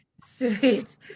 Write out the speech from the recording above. Sweet